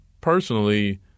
personally